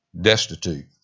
destitute